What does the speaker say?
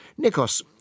Nikos